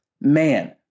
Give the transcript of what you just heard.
man